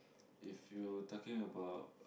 if you talking about